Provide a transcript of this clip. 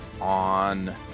on